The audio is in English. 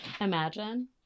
Imagine